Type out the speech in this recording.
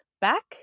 back